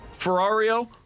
Ferrario